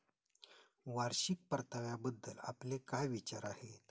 वार्षिक परताव्याबद्दल आपले काय विचार आहेत?